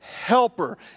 helper